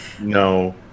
No